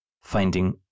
finding